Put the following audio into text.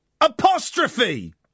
apostrophe